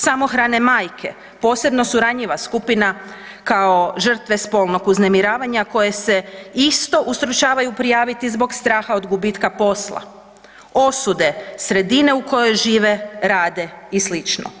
Samohrane majke, posebno su ranjiva skupa kao žrtve spolnog uznemiravanja koje se isto ustručavaju prijaviti zbog straha od gubitka posla, osude sredine u kojoj žive, rade i slično.